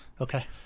okay